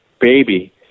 baby